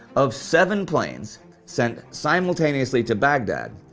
of seven planes sent simultaneously to baghdad,